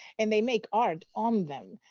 and they make art on them,